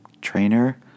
Trainer